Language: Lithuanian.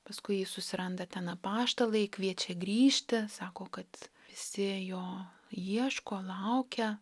paskui jį susiranda ten apaštalai kviečia grįžti sako kad visi jo ieško laukia